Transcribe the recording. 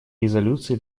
резолюции